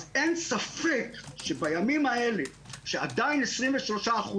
אז אין ספק שבימים האלה שעדיין 23%